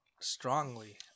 strongly